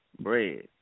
Bread